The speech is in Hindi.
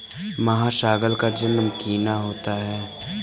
महासागर का जल नमकीन होता है